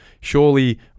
Surely